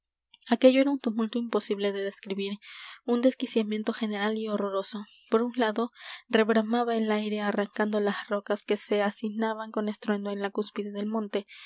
aquello era un tumulto imposible de describir un desquiciamiento general y horroroso por un lado rebramaba el aire arrancando las rocas que se hacinaban con estruendo en la cúspide del monte